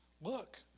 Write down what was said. Look